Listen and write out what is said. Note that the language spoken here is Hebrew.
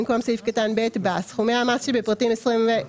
במקום סעיף קטן (ב) בא: "(ב) סכומי המס שבפרטים 20.09,